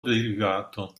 derivato